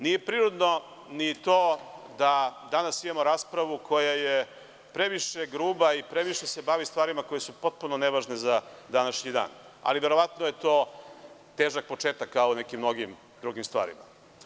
Nije prirodno ni to da danas imamo raspravu koja je previše gruba i koja se previše bavi stvarima koje su potpuno ne važne za današnji dan, ali verovatno je to samo težak početak kao i u mnogim drugim stvarima.